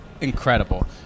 incredible